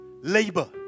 labor